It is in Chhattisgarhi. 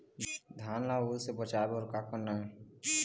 धान ला ओल से बचाए बर का करना ये?